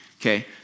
okay